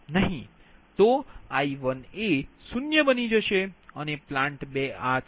તો I1એ 0 બની જશે અને પ્લાન્ટ 2 આ છે